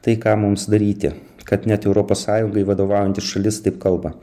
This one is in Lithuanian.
tai ką mums daryti kad net europos sąjungai vadovaujanti šalis taip kalba